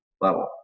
level